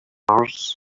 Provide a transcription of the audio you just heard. mars